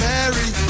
Mary